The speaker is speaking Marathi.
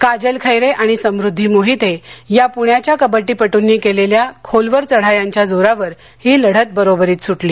काजल खैरे आणि समृद्धी मोहीते या पुण्याच्या कबड्डीपटुंनी केलेल्या खोलवर चढायांच्या जोरावर ही लढत बरोबरीत सुटली